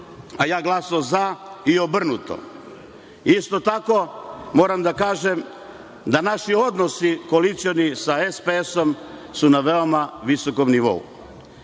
a ja glasao za i obrnuto. Isto tako, moram da kažem, da naši odnosi koalicioni sa SPS su na veoma visokom